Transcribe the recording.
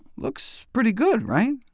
looks pretty good, right?